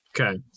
Okay